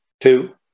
Two